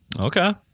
okay